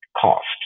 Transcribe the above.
cost